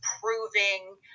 proving